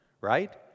right